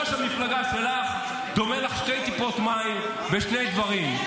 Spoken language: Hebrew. ראש המפלגה שלך דומה לך שתי טיפות מים בשני דברים.